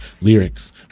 Lyrics